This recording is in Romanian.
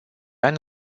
ani